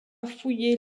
fouiller